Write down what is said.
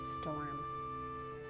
storm